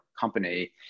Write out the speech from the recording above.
company